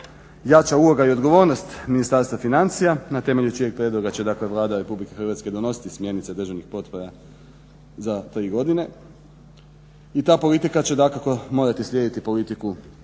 Jača uloga i odgovornost Ministarstva financija na temelju čijeg prijedloga će Vlada RH donositi smjernice državnih potpora za tri godine i ta politika će dakako morati slijediti politiku državnih